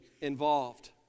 involved